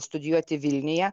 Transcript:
studijuoti vilniuje